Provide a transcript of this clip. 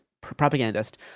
propagandist